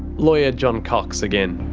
lawyer john cox again.